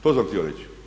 To sam htio reći.